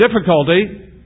difficulty